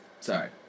Sorry